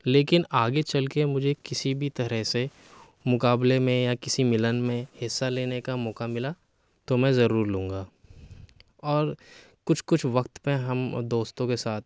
لیکن آگے چل کے مجھے کسی بھی طرح سے مقابلے میں یا کسی ملن میں حصہ لینے کا موقع ملا تو میں ضرور لوں گا اور کچھ کچھ وقت پہ ہم دوستوں کے ساتھ